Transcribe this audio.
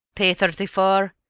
p thirty four?